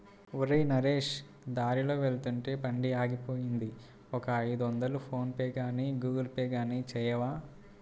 ఒరేయ్ నరేష్ దారిలో వెళ్తుంటే బండి ఆగిపోయింది ఒక ఐదొందలు ఫోన్ పేగానీ గూగుల్ పే గానీ చేయవా